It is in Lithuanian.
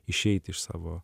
išeiti iš savo